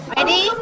Ready